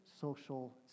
social